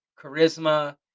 charisma